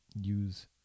use